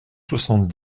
soixante